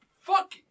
Fuck